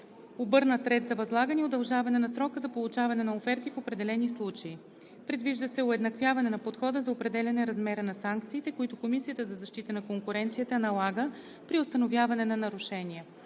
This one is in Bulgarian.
обърнат ред за възлагане и удължаване на срока за получаване на оферти в определени случаи. Предвижда се уеднаквяване на подхода за определяне размера на санкциите, които Комисията за защита на конкуренцията налага при установяване на нарушения.